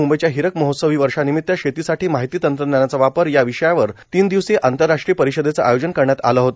म्बईच्या हिरक महोत्सवी वर्षानिमित्त शेतीसाठी माहिती तंत्रज्ञानाचा वापर या विषयावर तीन दिवसीय आंतरराष्ट्रीय परिषदेचे आयोजन करण्यात आले आहे